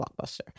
Blockbuster